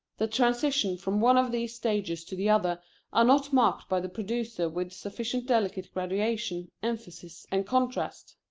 the transitions from one of these stages to the other are not marked by the producer with sufficient delicate graduation, emphasis, and contrast.